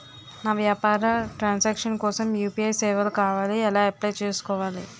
నా వ్యాపార ట్రన్ సాంక్షన్ కోసం యు.పి.ఐ సేవలు కావాలి ఎలా అప్లయ్ చేసుకోవాలి?